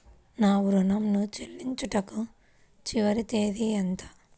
నా ఋణం ను చెల్లించుటకు చివరి తేదీ ఎంత?